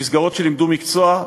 מסגרות שלימדו מקצוע,